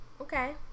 Okay